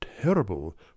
terrible